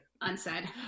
unsaid